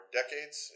decades